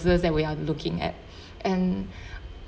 that we're looking at and